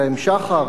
אין להם שחר.